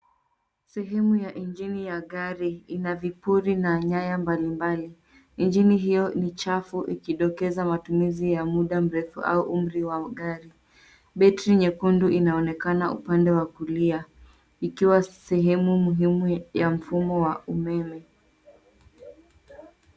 Sehemu ya engini ya gari ina vibuli na nyaya mbalimbali, enjini hiyo nichafu ikidokeza matumizi ya mda mrefu au umri wa gari, battery nyekudu inaonekana upande wa kulia ikiwa sehemu muhima ya mfumo wa umeme.